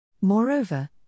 Moreover